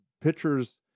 pitcher's